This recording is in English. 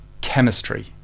chemistry